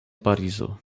parizo